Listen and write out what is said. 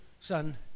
son